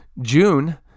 June